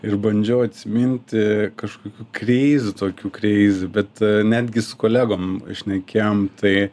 ir bandžiau atsiminti kažkokių kreizi tokių kreizi netgi su kolegom šnekėjom tai